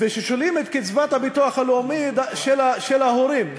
ושוללים את קצבת הביטוח הלאומי של ההורים,